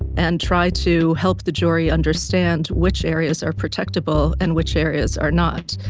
and try to help the jury understand which areas are protectable and which areas are not.